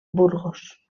burgos